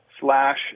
Slash